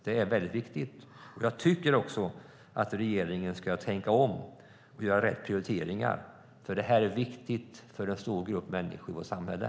Det är mycket viktigt. Jag tycker också att regeringen ska tänka om och göra rätt prioriteringar, för det här är viktigt för en stor grupp människor och för samhället.